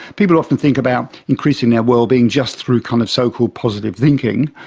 people often think about increasing their well-being just through kind of so-called positive thinking.